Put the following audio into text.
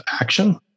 action